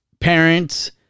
parents